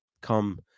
come